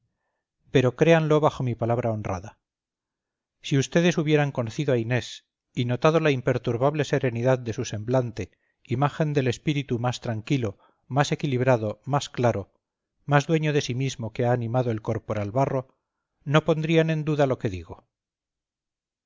pero créanlo bajo mi palabra honrada si ustedes hubieran conocido a inés y notado la imperturbable serenidad de su semblante imagen del espíritu más tranquilo más equilibrado más claro más dueño de sí mismo que ha animado el corporal barro no pondrían en duda lo que digo